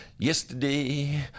Yesterday